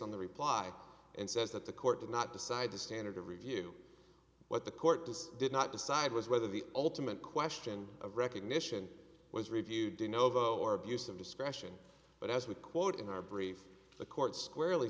on the reply and says that the court did not decide the standard of review what the court does did not decide was whether the ultimate question of recognition was reviewed in novo or abuse of discretion but as we quote in our brief the court squarely